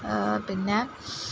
പിന്നെ